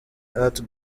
art